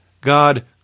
God